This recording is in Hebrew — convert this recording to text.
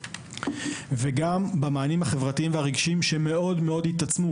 וגם במענים החברתיים והרגשיים שמאוד מאוד התעצמו,